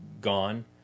gone